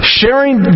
sharing